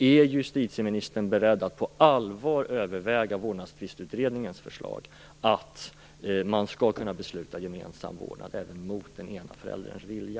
Är justitieministern beredd att på allvar överväga Vårdnadstvistutredningens förslag om att man skall kunna besluta om gemensam vårdnad även mot den ena förälderns vilja?